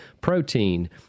protein